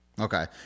Okay